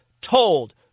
told